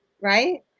right